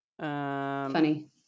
Funny